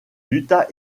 lutta